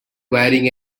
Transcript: wearing